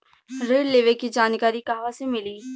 ऋण लेवे के जानकारी कहवा से मिली?